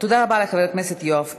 תודה רבה לחבר הכנסת יואב קיש.